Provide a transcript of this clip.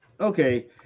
Okay